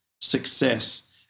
success